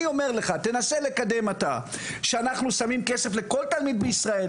אני אומר לך תנסה לקדם אתה שאנחנו שמים כסף לכל תלמיד בישראל,